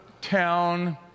town